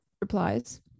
replies